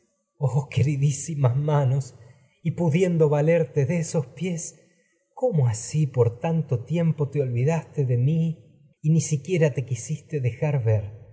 oh queridísimas manos y pudiendo valerte de esos pies cómo así por tanto tiempo te olvidaste de mí tragedias de sófocles y ni siquiera tus te quisiste me dejar ver